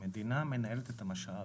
המדינה מנהלת את המשאב.